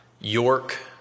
York